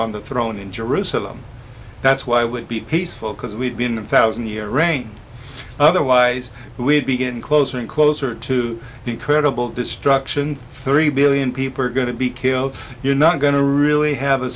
on the throne in jerusalem that's why would be peaceful because we've been in thousand year reign otherwise we'd be getting closer and closer to credible destruction three billion people are going to be killed you're not going to really have a